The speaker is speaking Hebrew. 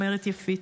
אומרת יפית.